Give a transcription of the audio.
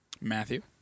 Matthew